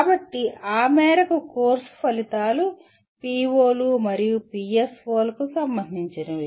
కాబట్టి ఆ మేరకు కోర్సు ఫలితాలు PO లు మరియు PSO లకు సంబంధించినవి